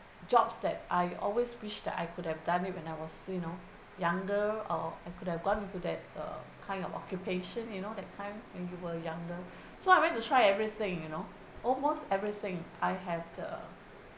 jobs that I always wish that I could have done it when I was you know younger or I could have got into that uh kind of occupation you know that kind when you were younger so I went to try everything you know almost everything I have uh